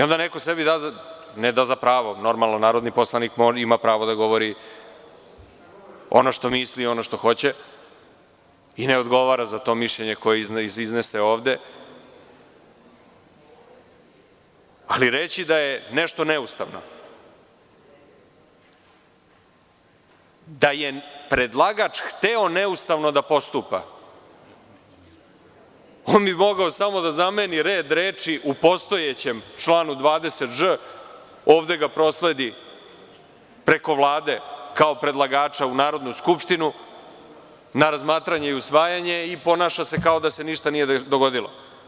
Onda neko sebi da za pravo, ne da pravo, normalno, narodni poslanik ima pravo da govori ono što misli i ono što hoće i ne odgovara za to mišljenje koje iznese ovde, ali reći da je nešto neustavno, da je predlagač hteo neustavno da postupa, on bi mogao samo da zameni red reči u postojećem članu 20ž, ovde ga prosledi preko Vlade, kao predlagača u Narodnu skupštinu na razmatranje i usvajanje i ponaša se kao da se ništa nije dogodilo.